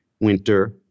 winter